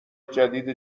جدید